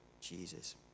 Jesus